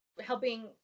helping